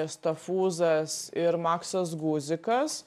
stafūzas ir maksas guzikas